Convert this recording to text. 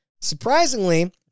Surprisingly